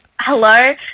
Hello